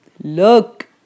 Look